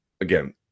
again